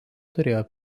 turėjo